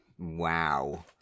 wow